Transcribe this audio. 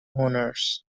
owners